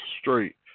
straight